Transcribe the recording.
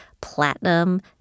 platinum